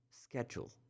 schedule